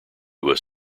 was